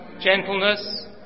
gentleness